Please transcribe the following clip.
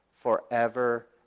forever